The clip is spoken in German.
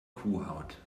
kuhhaut